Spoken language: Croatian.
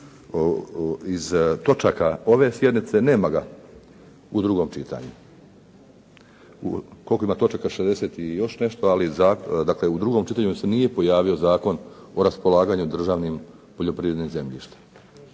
iz točaka ove sjednice nema ga u drugom čitanju. Koliko ima točaka? 60 i još nešto, ali dakle u drugom čitanju se nije pojavio Zakon o raspolaganju državnim poljoprivrednim zemljištem.